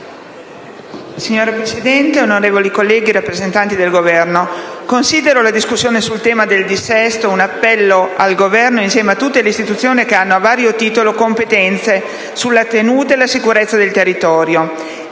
Signora Presidente, onorevoli colleghi, rappresentanti del Governo, considero la discussione sul tema del dissesto un appello al Governo e insieme a tutte le istituzioni che hanno, a varo titolo, competenze sulla tenuta e sulla sicurezza del territorio.